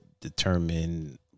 determine